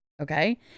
Okay